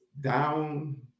down